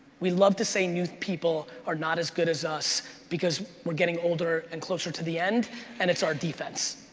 we love to say new people are not as good as us because we're getting older and closer to the end and it's our defense,